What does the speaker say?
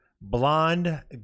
blonde